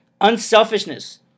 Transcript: Unselfishness